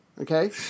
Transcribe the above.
Okay